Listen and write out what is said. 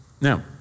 Now